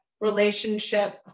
relationship